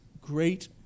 great